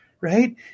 right